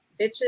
bitches